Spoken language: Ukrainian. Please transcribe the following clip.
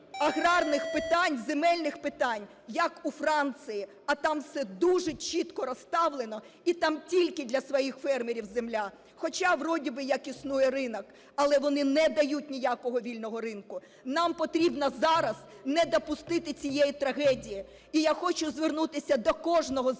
аграрних питань, земельних питань, як у Франції, а там все дуже чітко розставлено і там тільки для своїх фермерів земля, хоча вроді би існує ринок. Але вони не дають ніякого вільного ринку. Нам потрібно зараз не допустити цієї трагедії. І я хочу звернутися до кожного з вас.